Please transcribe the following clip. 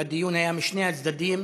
והדיון היה משני הצדדים,